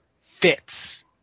fits